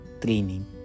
training